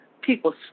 people